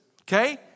okay